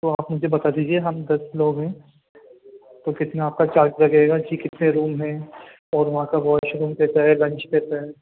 تو آپ مجھے بتا دیجیے ہم دس لوگ ہیں تو کتنا آپ کا چارج لگے گا جی کتنے روم ہیں اور وہاں کا واش روم کیسا ہے لنچ کیسا ہے